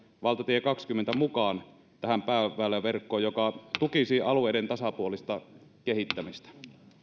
valtatie kahdenkymmenen mukaan tähän pääväyläverkkoon mikä tukisi alueiden tasapuolista kehittämistä